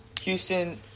Houston